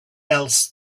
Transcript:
else